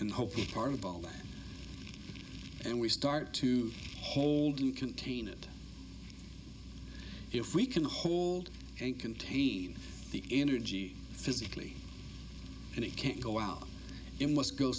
and hope the heart of all that and we start to hold to contain it if we can hold and contain the energy physically and it can't go out you must go